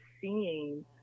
seeing